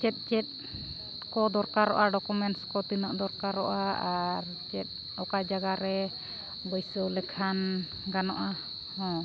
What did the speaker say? ᱪᱮᱫ ᱪᱮᱫ ᱠᱚ ᱫᱚᱨᱠᱟᱨᱚᱜᱼᱟ ᱰᱳᱠᱚᱢᱮᱱᱴᱥ ᱠᱚ ᱛᱤᱱᱟᱹᱜ ᱫᱚᱨᱠᱟᱨᱚᱜᱼᱟ ᱟᱨ ᱪᱮᱫ ᱚᱠᱟ ᱡᱟᱭᱜᱟ ᱨᱮ ᱵᱟᱹᱭᱥᱟᱹᱣ ᱞᱮᱠᱷᱟᱱ ᱜᱟᱱᱚᱜᱼᱟ ᱦᱚᱸ